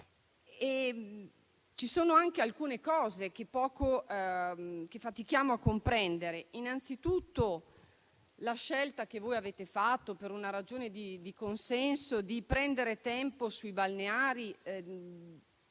Ci sono anche alcune scelte che fatichiamo a comprendere: innanzitutto, la scelta che avete fatto, per una ragione di consenso, di prendere tempo sui balneari,